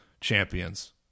champions